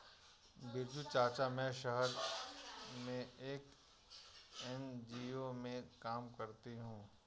बिरजू चाचा, मैं शहर में एक एन.जी.ओ में काम करती हूं